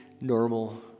normal